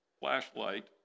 flashlight